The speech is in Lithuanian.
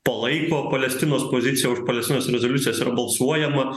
palaiko palestinos poziciją už palestinos rezoliucijas balsuojama